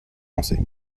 pensées